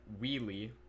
Wheelie